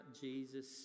Jesus